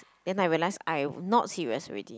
then I realise I not serious already